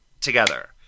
together